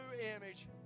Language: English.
image